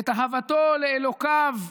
את אהבתו לאלוקיו,